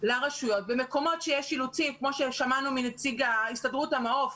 לרשויות במקומות שיש אילוצים כמו ששמענו מנציג הסתדרות המעוף.